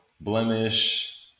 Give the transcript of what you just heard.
blemish